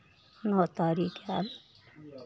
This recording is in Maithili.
नओ तारीख हएत